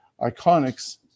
Iconics